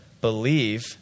believe